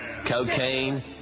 Cocaine